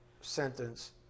sentence